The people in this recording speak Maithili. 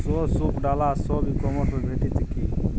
यौ सूप डाला सब ई कॉमर्स पर भेटितै की?